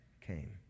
came